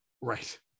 Right